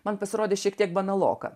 man pasirodė šiek tiek banaloka